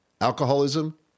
alcoholism